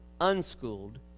unschooled